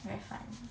very funny